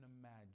imagine